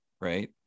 right